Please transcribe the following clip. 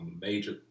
major